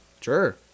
Sure